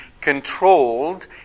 controlled